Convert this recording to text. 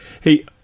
Hey